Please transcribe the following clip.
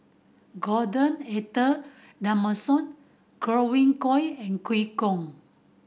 Gordon Arthur Godwin Koay and Eu Kong